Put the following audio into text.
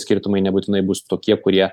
skirtumai nebūtinai bus tokie kurie